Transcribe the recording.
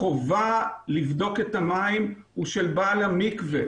החובה לבדוק את המים היא של בעל המקווה,